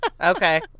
Okay